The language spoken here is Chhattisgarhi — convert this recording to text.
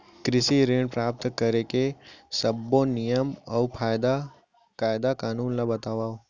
कृषि ऋण प्राप्त करेके सब्बो नियम अऊ कायदे कानून ला बतावव?